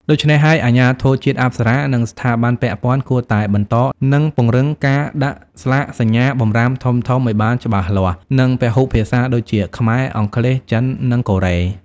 ដូច្នេះហើយ អាជ្ញាធរជាតិអប្សរា និងស្ថាប័នពាក់ព័ន្ធគួរតែបន្ត និងពង្រឹងការដាក់ស្លាកសញ្ញាបម្រាមធំៗអោយបានច្បាស់លាស់ និងពហុភាសាដូចជា ខ្មែរ អង់គ្លេស ចិន និងកូរ៉េ។